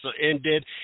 ended